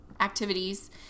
activities